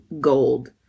Gold